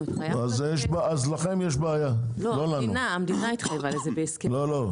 אנחנו נכניס בחוק שהמכס לא ידרוש.